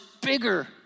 bigger